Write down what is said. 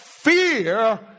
Fear